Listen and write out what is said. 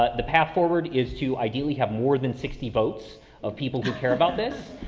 ah the path forward is to ideally have more than sixty votes of people who care about this.